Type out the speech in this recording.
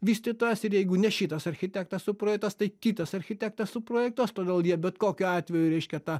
vystytojas ir jeigu ne šitas architektas suprojektuos tai kitas architektas suprojektuos todėl jie bet kokiu atveju reiškia tą